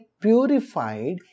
purified